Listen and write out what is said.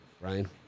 Ryan